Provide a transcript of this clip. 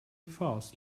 fast